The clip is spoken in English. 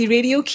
Radio